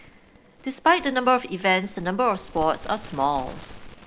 despite the number of events the number of sports are small